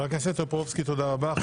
חבר הכנסת טופורובסקי, תודה רבה.